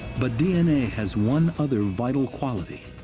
but d n a. has one other vital quality